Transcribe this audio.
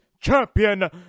champion